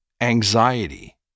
anxiety